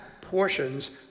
portions